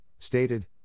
stated